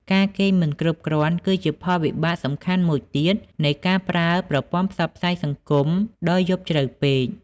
ការគេងមិនគ្រប់គ្រាន់គឺជាផលវិបាកសំខាន់មួយទៀតនៃការប្រើប្រព័ន្ធផ្សព្វផ្សាយសង្គមដល់យប់ជ្រៅពេក។